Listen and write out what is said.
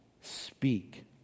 speak